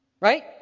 Right